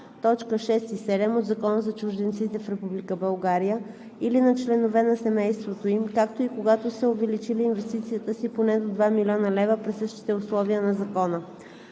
т. 6 и т. 7 от Закона за чужденците в Република България или на членове на семейството им, както и когато са увеличили инвестицията си поне до два милиона лева при същите условия на Закона.